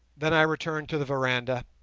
then i returned to the veranda,